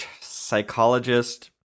psychologist